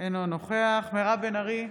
אינו נוכח מירב בן ארי,